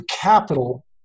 capital